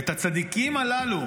ואת הצדיקים הללו,